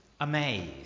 amazed